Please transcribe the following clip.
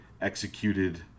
executed